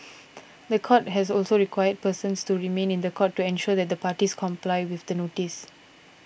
the court has also require persons to remain in the country to ensure that the parties comply with the notice